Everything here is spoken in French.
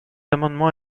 amendement